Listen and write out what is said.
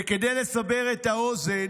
וכדי לסבר את האוזן,